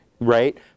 right